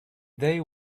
they